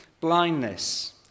blindness